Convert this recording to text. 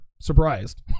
surprised